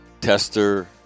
Tester